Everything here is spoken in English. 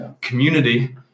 Community